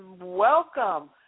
welcome